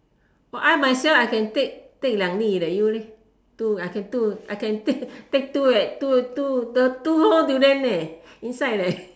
oh I myself I can take take 两粒 leh you leh two I can two I can take take two at two two the two whole durian leh inside leh